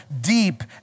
deep